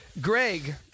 Greg